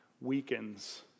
weakens